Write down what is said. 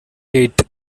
eight